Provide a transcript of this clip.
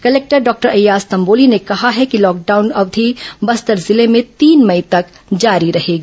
collector doctor Ayyaz Tamboli ने कहा है कि लॉकडाउन अवधि बस्तर जिले में तीन मई तक जारी रहेगी